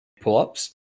pull-ups